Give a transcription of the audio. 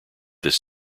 this